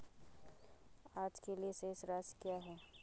आज के लिए शेष राशि क्या है?